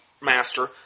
master